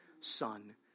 son